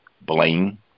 blame